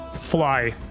fly